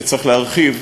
שצריך להרחיבם,